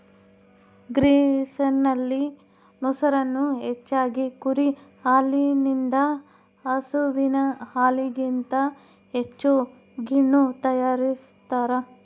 ಗ್ರೀಸ್ನಲ್ಲಿ, ಮೊಸರನ್ನು ಹೆಚ್ಚಾಗಿ ಕುರಿ ಹಾಲಿನಿಂದ ಹಸುವಿನ ಹಾಲಿಗಿಂತ ಹೆಚ್ಚು ಗಿಣ್ಣು ತಯಾರಿಸ್ತಾರ